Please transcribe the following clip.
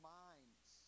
minds